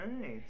Nice